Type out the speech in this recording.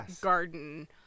garden